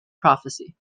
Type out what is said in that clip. prophecy